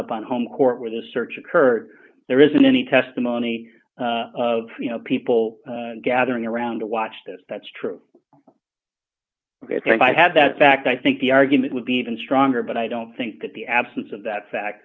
up on home court where the search occurred there isn't any testimony of you know people gathering around to watch this that's true if i had that fact i think the argument would be even stronger but i don't think that the absence of that fact